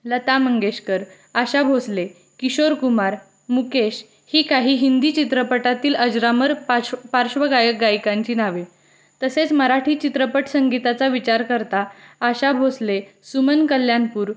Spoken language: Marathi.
लता मंगेशकर आशा भोसले किशोर कुमार मुकेश ही काही हिंदी चित्रपटातील अजरामर पाश्व पार्श्वगायक गायिकांची नावे तसेच मराठी चित्रपट संगीताचा विचार करता आशा भोसले सुमन कल्याणपूर